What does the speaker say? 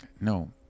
No